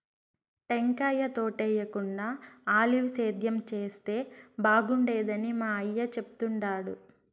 టెంకాయ తోటేయేకుండా ఆలివ్ సేద్యం చేస్తే బాగుండేదని మా అయ్య చెప్తుండాడు